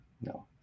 No